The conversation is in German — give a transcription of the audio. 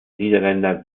niederländer